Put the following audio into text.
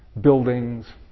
buildings